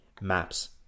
maps